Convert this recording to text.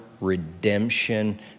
redemption